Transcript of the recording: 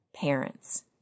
parents